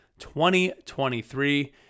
2023